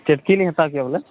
ᱪᱟᱹᱴᱠᱤ ᱞᱤᱧ ᱦᱟᱛᱟᱣ ᱠᱮᱭᱟ ᱵᱚᱞᱮ